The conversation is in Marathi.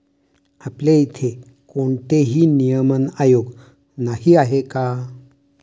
आपल्या इथे कोणतेही नियमन आयोग नाही आहे का?